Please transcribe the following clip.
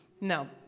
No